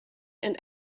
and